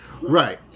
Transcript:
Right